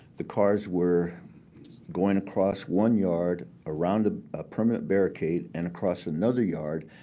the cars were going across one yard, around a permanent barricade, and across another yard,